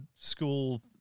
school